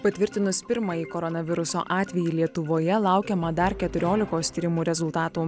patvirtinus pirmąjį koronaviruso atvejį lietuvoje laukiama dar keturiolikos tyrimų rezultatų